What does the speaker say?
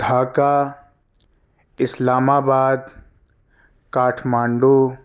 Dhaka Islamabad Kathmandu